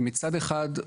מצד אחד,